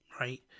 Right